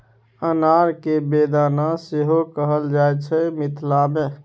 अनार केँ बेदाना सेहो कहल जाइ छै मिथिला मे